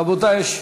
רבותי,